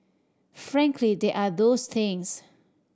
frankly there are those things